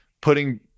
putting